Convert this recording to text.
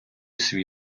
свій